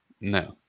No